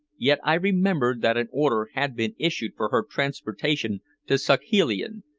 yet i remembered that an order had been issued for her transportation to saghalien,